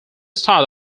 style